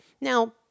Now